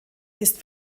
ist